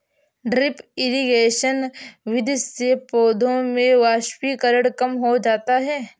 drip irrigation विधि से पौधों में वाष्पीकरण कम हो जाता है